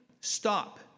Stop